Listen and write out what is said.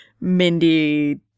Mindy